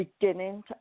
beginning